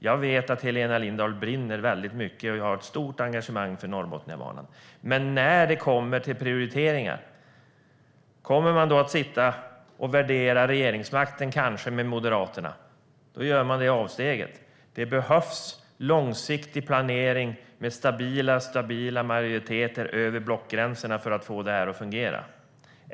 Jag vet att Helena Lindahl brinner mycket för frågan och har ett stort engagemang för Norrbotniabanan, men när det kommer till prioriteringar kommer hon att värdera regeringsmakten med Moderaterna och göra det avsteget? Det behövs långsiktig planering med stabila majoriteter över blockgränserna för att få satsningen att fungera.